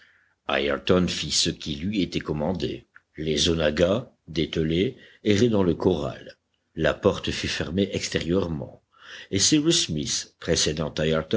ce qui lui était commandé les onaggas dételés erraient dans le corral la porte fut fermée extérieurement et